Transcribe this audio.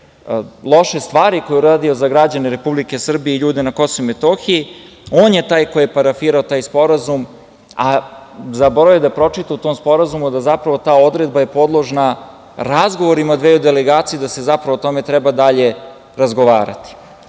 loše stvari koje je uradio za građane Republike Srbije i ljude na Kosovu i Metohiji, on je taj koji je parafirao taj sporazum, a zaboravio je da pročita u tom sporazumu da zapravo ta odredba je podložna razgovorima dveju delegacija, da se zapravo o tome treba dalje razgovarati,